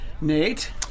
Nate